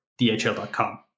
dhl.com